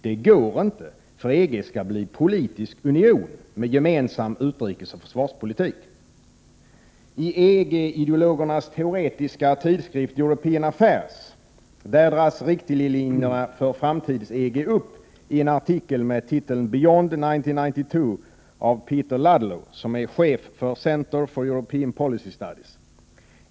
Det går inte, för EG skall bli politisk union med gemensam utrikesoch försvarspolitik.” I EG-ideologernas teoretiska tidskrift European Affairs dras riktlinjerna för framtids-EG upp i en artikel med titeln Beyond 1992 av Peter Ludlow, chef för Centre for European Policy Studies.